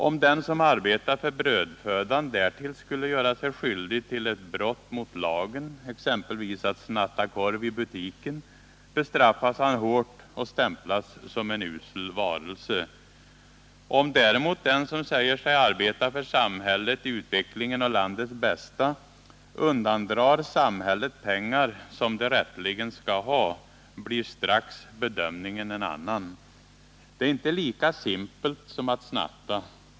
Om den som arbetar för brödfödan därtill skulle göra sig skyldig till ett brott mot lagen — exempelvis att snatta korv i butiken — bestraffas han hårt och stämplas som en usel varelse. Om däremot den som säger sig arbeta för samhället, utvecklingen och landets bästa undandrar samhället pengar som det rätteligen skall ha, blir strax bedömningen en annan. Det är inte lika simpelt som att snatta.